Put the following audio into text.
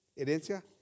Herencia